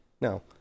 No